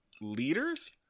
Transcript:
leaders